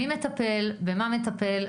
מי מטפל, במה מטפל?